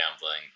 gambling